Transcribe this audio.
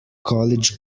college